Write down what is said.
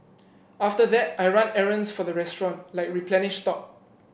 after that I run errands for the restaurant like replenish stock